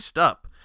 up